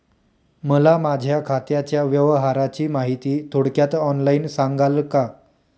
मला माझ्या खात्याच्या व्यवहाराची माहिती थोडक्यात ऑनलाईन सांगाल का?